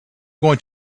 going